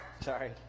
sorry